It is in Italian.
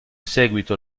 seguito